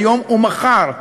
היום ומחר?